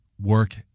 work